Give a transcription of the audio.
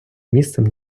місцем